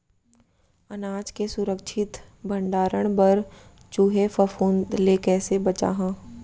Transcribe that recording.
अनाज के सुरक्षित भण्डारण बर चूहे, फफूंद ले कैसे बचाहा?